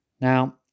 Now